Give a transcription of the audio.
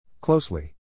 Closely